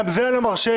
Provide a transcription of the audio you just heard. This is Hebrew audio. גם את זה אני לא מרשה,